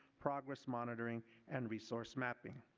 progress monitoring and resource mapping.